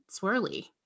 swirly